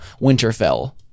Winterfell